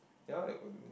ya like what Domino